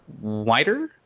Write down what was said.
wider